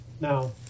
Now